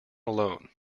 alone